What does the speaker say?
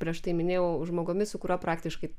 prieš tai minėjau žmogumi su kuriuo praktiškai